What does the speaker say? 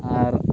ᱟᱨ